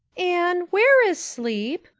anne, where is sleep?